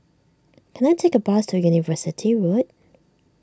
can I take a bus to University Road